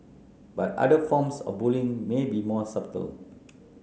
but other forms of bullying may be more subtle